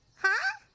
huh?